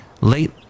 Late